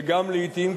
וגם לעתים,